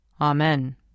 Amen